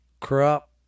crop